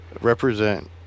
represent